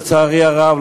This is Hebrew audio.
לצערי הרב,